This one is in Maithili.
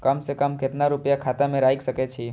कम से कम केतना रूपया खाता में राइख सके छी?